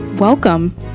Welcome